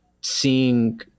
seeing